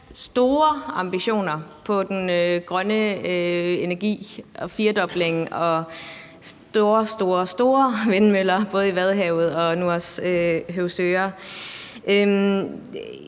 store ambitioner for den grønne energi og i forhold til en firedobling og store, store, store vindmøller, både i Vadehavet og nu også Høvsøre.